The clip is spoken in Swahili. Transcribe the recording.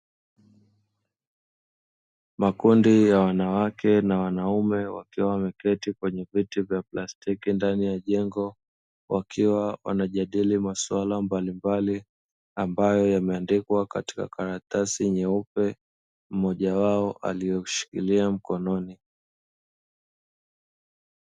Makundi ya wanawake na wanaume wakiwa wameketi kwenye viti vya plastiki ndani ya jengo, wakiwa wanajadili masuala mbalimbali katika karatasi nyeupe, mmoja wao aliyeishikiliaa mkononi.